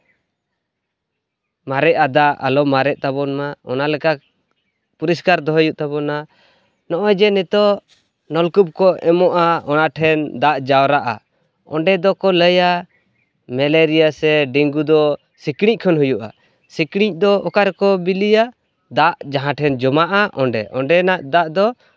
ᱢᱟᱨᱮᱜᱼᱟ ᱫᱟᱜ ᱟᱞᱚ ᱢᱟᱨᱮᱜ ᱛᱟᱵᱚᱱ ᱢᱟ ᱚᱱᱟ ᱞᱮᱠᱟ ᱯᱚᱨᱤᱥᱠᱟᱨ ᱫᱚᱦᱚᱭ ᱦᱩᱭᱩᱜ ᱛᱟᱵᱚᱱᱟ ᱱᱚᱜᱼᱚᱭ ᱡᱮ ᱱᱤᱛᱳᱜ ᱱᱚᱞᱠᱩᱯ ᱠᱚ ᱮᱢᱚᱜᱼᱟ ᱚᱱᱟ ᱴᱷᱮᱱ ᱫᱟᱜ ᱡᱟᱣᱨᱟᱜᱼᱟ ᱚᱸᱰᱮ ᱫᱚᱠᱚ ᱞᱟᱹᱭᱟ ᱢᱮᱞᱮᱨᱤᱭᱟ ᱥᱮ ᱰᱮᱝᱜᱩ ᱫᱚ ᱥᱤᱠᱬᱤᱡ ᱠᱷᱚᱱ ᱦᱩᱭᱩᱜᱼᱟ ᱥᱤᱠᱬᱤᱡ ᱫᱚ ᱚᱠᱟ ᱨᱮᱠᱚ ᱵᱤᱞᱤᱭᱟ ᱫᱟᱜ ᱡᱟᱦᱟᱸᱴᱷᱮᱱ ᱡᱚᱢᱟᱜᱼᱟ ᱚᱸᱰᱮ ᱚᱸᱰᱮᱱᱟᱜ ᱫᱟᱜ ᱫᱚ